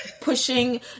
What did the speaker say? pushing